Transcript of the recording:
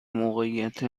موقعیت